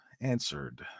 answered